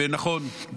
ונכון,